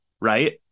right